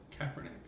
Kaepernick